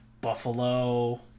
Buffalo